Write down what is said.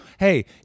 Hey